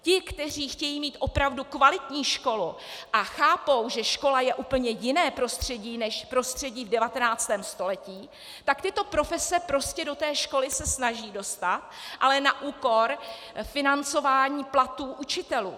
Ti, kteří chtějí mít opravdu kvalitní školu a chápou, že škola je úplně jiné prostředí než prostředí v 19. století, se tyto profese prostě do školy snaží dostat, ale na úkor financování platů učitelů.